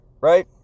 right